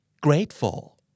Grateful